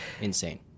Insane